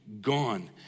gone